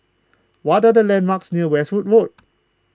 what are the landmarks near Westwood Road